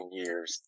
years